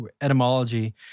etymology